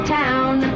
town